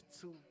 two